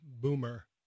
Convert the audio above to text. Boomer